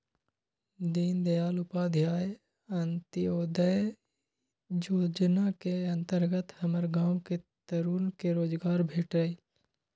दीनदयाल उपाध्याय अंत्योदय जोजना के अंतर्गत हमर गांव के तरुन के रोजगार भेटल